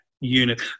unit